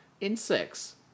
insects